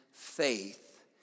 faith